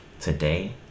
Today